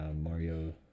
Mario